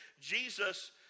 Jesus